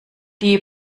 die